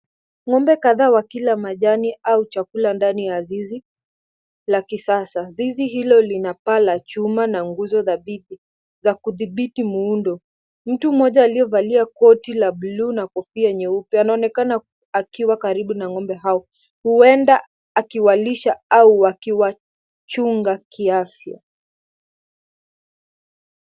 Ng'ombe kadhaa wakila majani au chakula ndani ya zizi la kisasa. Zizi hilo lina paa la chuma na nguzo dhabiti za kudhibiti muundo. Mtu mmoja aliye valia koti la buluu na kofia nyeupe anaonekana akiwa karibu na ng'ombe hao. Huenda akiwalisha au akiwachunga kiafya.